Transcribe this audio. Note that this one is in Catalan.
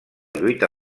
lluita